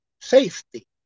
safety